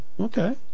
okay